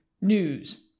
news